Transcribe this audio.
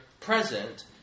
present